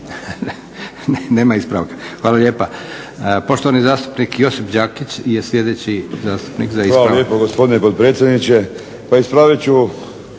Nema ispravaka. Hvala lijepa. Poštovani zastupnik Josip Đakić je sljedeći zastupnik za ispravak. **Đakić, Josip (HDZ)** Hvala lijepo gospodine potpredsjedniče. Pa ispravit ću